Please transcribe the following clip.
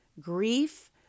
grief